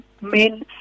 men